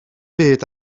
byd